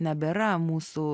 nebėra mūsų